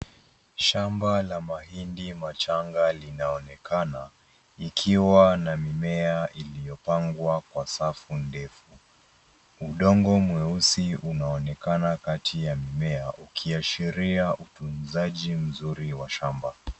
Shamba la mahindi machanga linaonekana, ikiwa na mimea iliyopangwa kwa safu ndefu. Udongo mweusi unaonekana kati ya mimea, ukiashiria utunzaji mzuri wa shamba.